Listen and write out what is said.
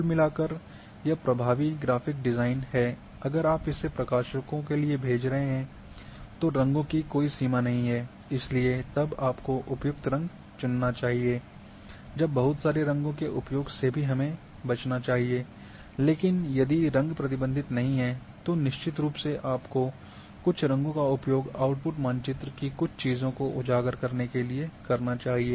कुल मिलाकर यह प्रभावी ग्राफिक डिजाइन है अगर आप इसे प्रकाशनों के लिए भेज रहे हैं तो रंगों की कोई सीमा नहीं है इसीलिए तब आपको उपयुक्त रंग चुनना चाहिए जब बहुत सारे रंगों के उपयोग से भी हमे बचाना चाहिए लेकिन यदि रंग प्रतिबंधित नहीं हैं तो निश्चित रूप से आपको कुछ रंगों का उपयोग आउट्पुट मानचित्र की कुछ चीजों को उजागर करने के लिए करना चाहिए